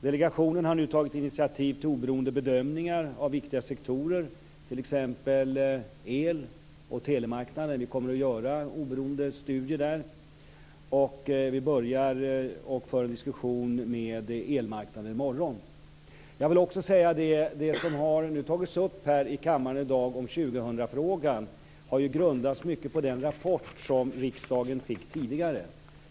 Delegationen har nu tagit initiativ till oberoende bedömningar av viktiga sektorer, t.ex. elmarknaden och telemarknaden. Vi kommer att göra oberoende studier där. Vi börjar föra diskussioner med elmarknaden i morgon. Jag vill också säga att det som i dag tagits upp i kammaren om 2000-frågan har grundats på den rapport som riksdagen fick tidigare.